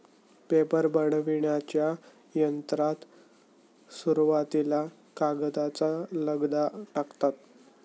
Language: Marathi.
पेपर बनविण्याच्या यंत्रात सुरुवातीला कागदाचा लगदा टाकतात